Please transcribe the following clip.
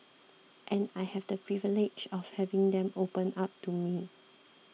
and I have the privilege of having them open up to me